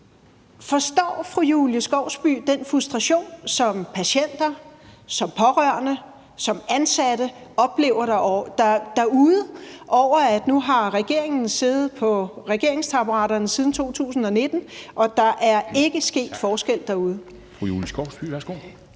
Forstår fru Julie Skovsby den frustration, som patienter, som pårørende, som ansatte oplever derude, over, at nu har regeringen siddet på regeringstaburetterne siden 2019 og der ikke er sket en forskel derude?